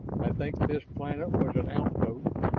i think this planet was an outpost,